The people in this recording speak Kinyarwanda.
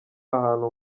ahantu